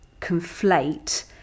conflate